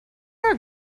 are